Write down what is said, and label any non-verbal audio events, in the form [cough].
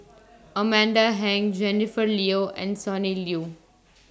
[noise] Amanda Heng Jennifer Liew and Sonny Liew